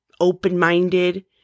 open-minded